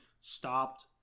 stopped